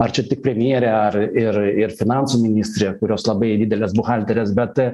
ar čia tik premjerė ar ir ir finansų ministrė kurios labai didelės buhalterės bet